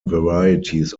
varieties